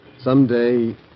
someday